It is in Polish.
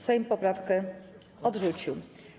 Sejm poprawkę odrzucił.